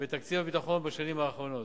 בתקציב הביטחון בשנים האחרונות.